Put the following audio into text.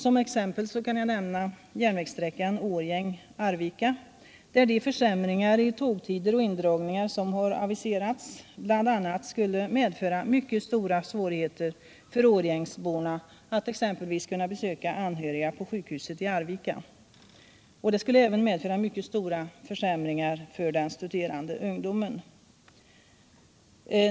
Som exempel kan jag nämna järnvägssträckan Årjäng-Arvika, där de försämringar i tågtider och indragningar som har aviserats bl.a. skulle medföra mycket stora svårigheter för årjängsborna att exempelvis kunna besöka anhöriga på sjukhuset i Arvika. Det skulle även medföra mycket stora försämringar för den studerande ungdomen.